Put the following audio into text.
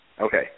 Okay